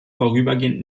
vorübergehend